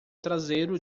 traseiro